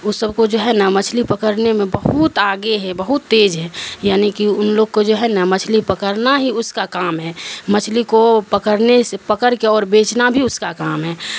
اس سب کو جو ہے نا مچھلی پکڑنے میں بہت آگے ہے بہت تیز ہے یعنی کہ ان لوگ کو جو ہے نا مچھلی پکڑنا ہی اس کا کام ہے مچھلی کو پکڑنے سے پکڑ کے اور بیچنا بھی اس کا کام ہے